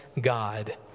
God